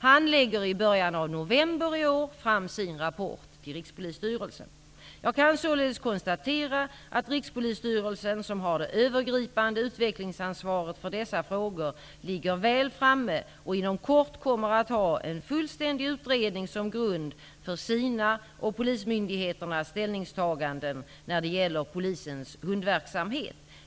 Han lägger i början av november i år fram sin rapport till Rikspolisstyrelsen. Jag kan således konstatera att Rikspolisstyrelsen, som har det övergripande utvecklingsansvaret för dessa frågor, ligger väl framme och inom kort kommer att ha en fullständig utredning såsom grund för sina och polismyndigheternas ställningstaganden när det gäller polisens hundverksamhet.